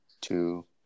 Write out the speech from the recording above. two